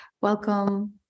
Welcome